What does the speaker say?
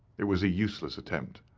it was a useless attempt.